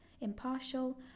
impartial